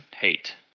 hate